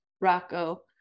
Rocco